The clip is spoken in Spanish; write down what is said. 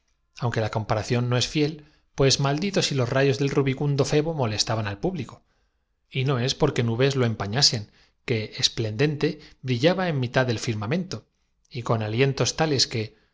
aunque la comparación no es fiel pues maldito si los rayos del rubicundo febo molestaban al público y no es porque nubes lo em pañasen que esplendente brillaba en mitad del firma mento y con alientos tales que